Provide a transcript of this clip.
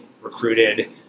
recruited